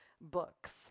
books